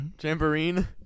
Jamboree